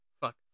fuck